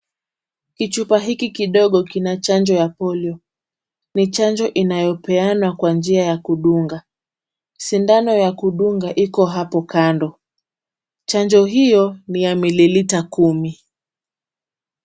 Kichupa hiki kidogo kina chanjo ya polio. Ni chanjo inayopeanwa kwa njia ya kudunga. Sindano ya kudunga iko hapo kando. Chanjo hiyo ni ya mililita kumi.